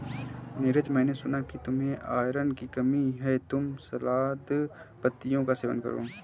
नीरज मैंने सुना कि तुम्हें आयरन की कमी है तुम सलाद पत्तियों का सेवन करो